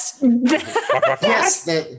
Yes